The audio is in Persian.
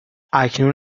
اکنون